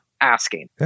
asking